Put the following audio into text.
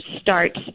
START